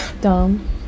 dumb